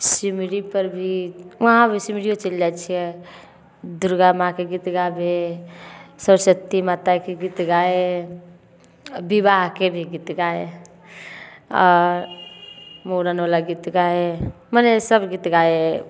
सिमरीपर भी वहाँ भी सिमरिओ चलि जाइ छिए दुरगा माँके गीत गाबै सरस्वती माताके गीत गाए विवाहके भी गीत गाए आओर मूड़नवला गीत गाए मने सब गीत गाए